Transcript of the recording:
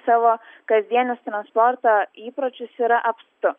savo kasdienius transporto įpročius yra apstu